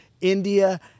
India